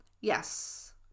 Yes